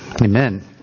amen